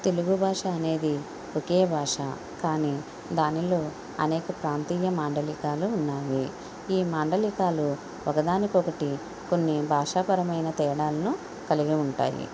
తెలుగు భాష అనేది ఒకే భాష కానీ దానిలో అనేక ప్రాంతీయ మాండలికాలు ఉన్నాయి ఈ మాండలికాలు ఒకదానికొకటి కొన్ని భాషాపరమైన తేడాలను కలిగి ఉంటాయి